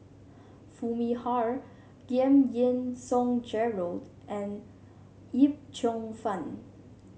Foo Mee Har Giam Yean Song Gerald and Yip Cheong Fun